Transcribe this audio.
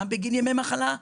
גם בגין ימי מחלה,